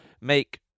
make